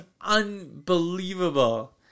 unbelievable